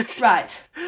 Right